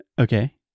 Okay